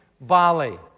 Bali